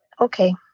okay